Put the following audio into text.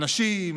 אנשים,